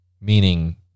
meaning